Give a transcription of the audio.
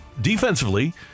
defensively